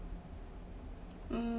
um